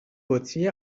بطری